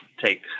take